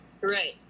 Right